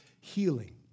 healing